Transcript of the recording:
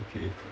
okay